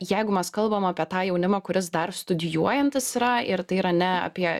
jeigu mes kalbam apie tą jaunimą kuris dar studijuojantis yra ir tai yra ne apie